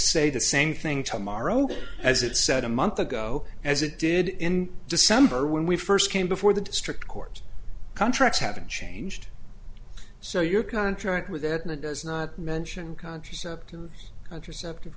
say the same thing tomorrow as it said a month ago as it did in december when we first came before the district court contracts haven't changed so your contract with it and it does not mention contraceptive contraceptive